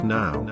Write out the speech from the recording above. now